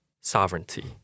sovereignty